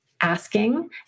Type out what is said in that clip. asking